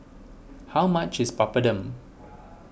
how much is Papadum